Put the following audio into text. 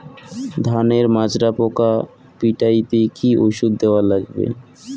ধানের মাজরা পোকা পিটাইতে কি ওষুধ দেওয়া লাগবে?